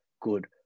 good